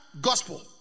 gospel